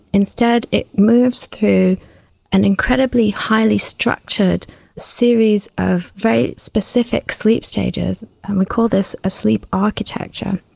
instead it moves through an incredibly highly structured series of very specific sleep stages, and we call this a sleep architecture.